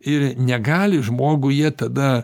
ir negali žmoguje tada